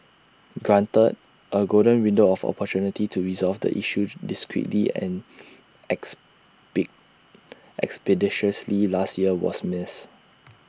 granted A golden window of opportunity to resolve the issue discreetly and as be expeditiously last year was missed